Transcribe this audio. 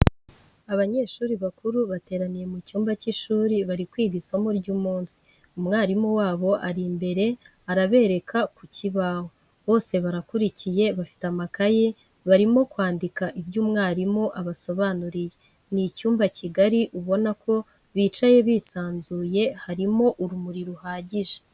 Abanyeshuri bakuru bateraniye mu cyumba cy'ishuri bari kwiga isomo ry'umunsi, umwalimu wabo ari imbere arabereka ku kibaho, bose barakurikiye bafite amakaye barimo kwandika ibyo umwalimu abasobanuriye. ni icyumba kigari ubona ko bicaye bisanzuye , harimo urumuri ruhagije.